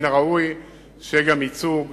מן הראוי שיהיה גם ייצוג